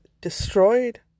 destroyed